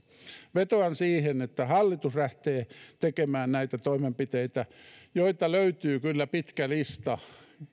vetoan siihen että hallitus lähtee tekemään näitä toimenpiteitä joita löytyy kyllä pitkä lista